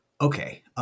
Okay